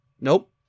nope